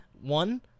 one